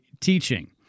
teaching